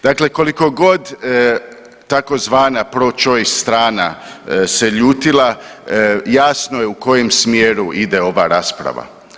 Dakle, koliko god tzv. pro-choice strana se ljutila jasno je u kojem smjeru ide ova rasprava.